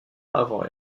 avant